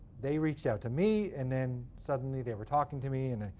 they reached out to me. and then suddenly, they were talking to me, and